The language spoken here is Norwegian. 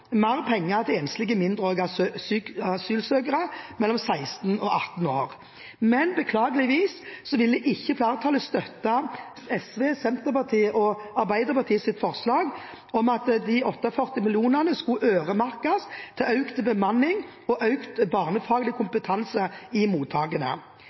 mer penger til enslige mindreårige asylsøkere mellom 16 og 18 år, men beklageligvis ville ikke flertallet støtte SV, Senterpartiet og Arbeiderpartiets forslag om at de 48 mill. kr skulle øremerkes til økt bemanning og økt barnefaglig